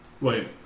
Wait